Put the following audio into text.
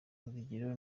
urugero